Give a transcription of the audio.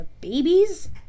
babies